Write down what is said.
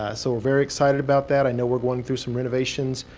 ah so we're very excited about that. i know we're going through some renovations,